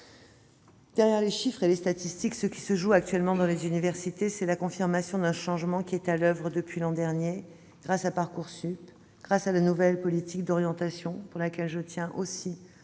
Derrière les chiffres et les statistiques, ce qui se joue actuellement dans les universités, c'est la confirmation d'un changement qui est à l'oeuvre depuis l'année dernière grâce à Parcoursup, à la nouvelle politique d'orientation, pour laquelle je tiens à